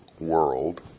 world